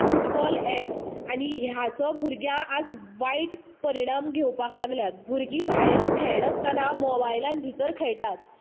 football app आनी ह्याचो भुरग्याक आयज वायट परिणाम घेवपाक लागल्यात भुरगीं भायर खेळनासतना मोबायला भितर खेळटात